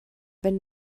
wenn